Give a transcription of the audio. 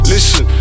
Listen